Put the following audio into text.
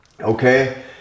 Okay